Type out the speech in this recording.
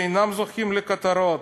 שאינם זוכים לכותרות